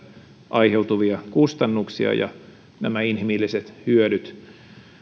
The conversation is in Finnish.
aiheutuvia kustannuksia ja nämä inhimilliset hyödyt on